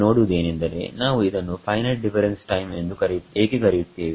ಸೋನಾವು ಇದನ್ನು finite difference time ಎಂದು ಏಕೆ ಕರೆಯುತ್ತೇವೆ